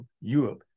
Europe